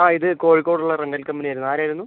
ആ ഇത് കോഴിക്കോട് ഉള്ള റെൻ്റൽ കമ്പനി ആയിരുന്നു ആര് ആയിരുന്നു